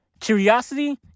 curiosity